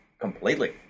completely